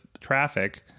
traffic